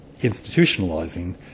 institutionalizing